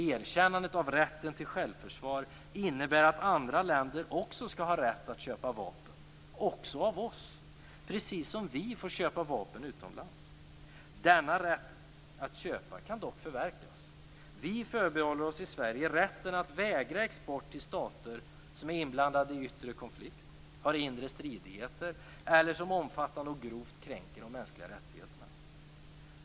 Erkännandet av rätten till självförsvar innebär att andra länder också skall ha rätt att köpa vapen, också av oss, precis som vi får köpa vapen utomlands. Denna rätt att köpa kan dock förverkas. Vi förbehåller oss i Sverige rätten att vägra export till stater som är inblandade i yttre konflikt, har inre stridigheter eller som omfattande och grovt kränker de mänskliga rättigheterna.